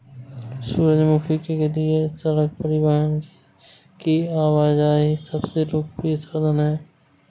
सूरजमुखी के लिए सड़क परिवहन की आवाजाही सबसे लोकप्रिय साधन है